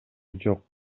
жок